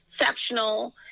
exceptional